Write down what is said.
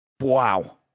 Wow